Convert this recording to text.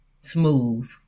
smooth